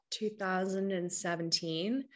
2017